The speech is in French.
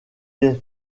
est